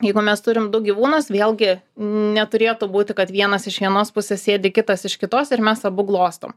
jeigu mes turim du gyvūnus vėlgi neturėtų būti kad vienas iš vienos pusės sėdi kitas iš kitos ir mes abu glostom